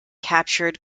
captured